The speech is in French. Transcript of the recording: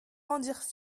rendirent